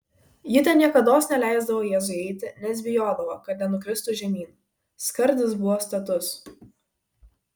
ji ten niekados neleisdavo jėzui eiti nes bijodavo kad nenukristų žemyn skardis buvo status